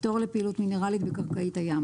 126.פטור לפעילות מינרלית בקרקעית הים